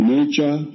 Nature